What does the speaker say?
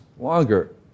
Longer